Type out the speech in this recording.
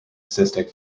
cystic